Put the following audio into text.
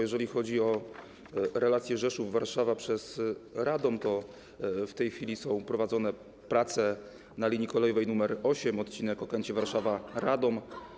Jeżeli chodzi o relację Rzeszów-Warszawa przez Radom, to w tej chwili są prowadzone prace na linii kolejowej nr 8, odcinek Warszawa-Okęcie - Radom.